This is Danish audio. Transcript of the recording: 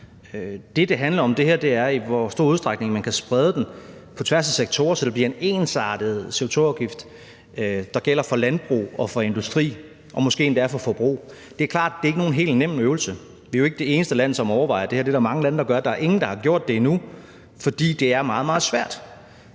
Det, det handler om, er, i hvor stor udstrækning man kan sprede den på tværs af sektorer, så det bliver en ensartet CO2-afgift, der gælder for landbrug og industri og måske endda for forbrug. Det er klart, at det ikke er nogen helt nem øvelse. Vi er jo ikke det eneste land, som overvejer det her – det er der mange lande der gør, men der er ingen, der har gjort det endnu, fordi det er meget, meget svært.